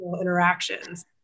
interactions